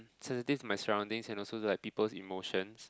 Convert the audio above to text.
sensitive to my surroundings and also like people's emotions